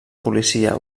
policia